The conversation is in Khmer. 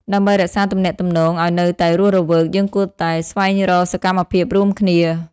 ដើម្បីរក្សាទំនាក់ទំនងឱ្យនៅតែរស់រវើក យើងគួរស្វែងរកសកម្មភាពរួមគ្នា។